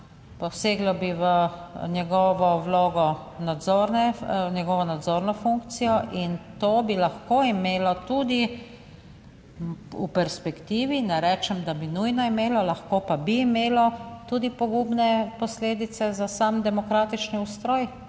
nadzorne, njegovo nadzorno funkcijo in to bi lahko imelo tudi v perspektivi, ne rečem, da bi nujno imelo, lahko pa bi imelo tudi pogubne posledice za sam demokratični ustroj